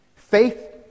Faith